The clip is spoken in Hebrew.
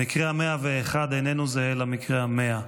המקרה ה-101 איננו זהה למקרה ה-100.